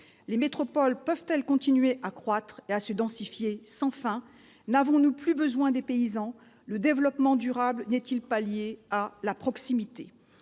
Les métropoles peuvent-elles continuer à croître et à se densifier sans fin ? Oui ! N'avons-nous plus besoin des paysans ? Le développement durable n'est-il pas lié à la proximité ?